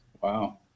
Wow